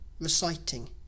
reciting